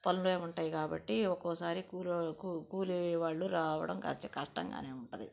పనులే ఉంటాయి కాబట్టి ఒక్కోసారి కూలో కు కూలీ వాళ్ళు రావడం కచ్చి కష్టంగానే ఉంటుంది